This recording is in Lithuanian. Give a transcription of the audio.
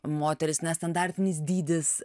moteris nestandartinis dydis